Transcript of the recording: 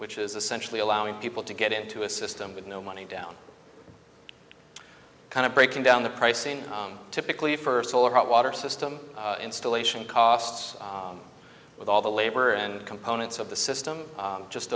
which is essentially allowing people to get into a system with no money down kind of breaking down the pricing typically for solar hot water system installation costs with all the labor and components of the system just